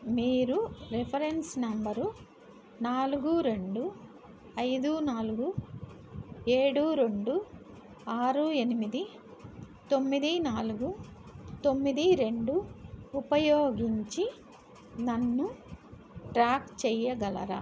మీరు reference number నాలుగు రెండు ఐదు నాలుగు ఏడు రెండు ఆరు ఎనిమిది తొమ్మిది నాలుగు తొమ్మిది రెండు ఉపయోగించి నన్ను ట్రాక్ చేయగలరా